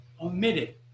omitted